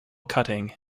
cutting